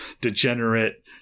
degenerate